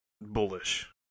bullish